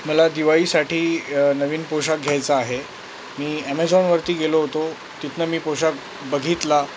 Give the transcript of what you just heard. मला दिवाळीसाठी नवीन पोशाख घ्यायचा आहे मी ॲमेझॉनवरती गेलो होतो तिथून मी पोशाख बघितला